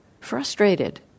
frustrated